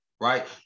right